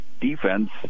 defense